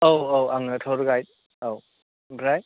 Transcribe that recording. औ औ आङो टुर गाइड औ ओमफ्राय